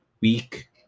week